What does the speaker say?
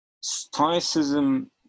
stoicism